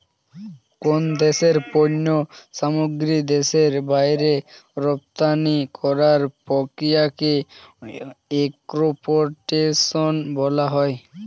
কোন দেশের পণ্য সামগ্রী দেশের বাইরে রপ্তানি করার প্রক্রিয়াকে এক্সপোর্টেশন বলা হয়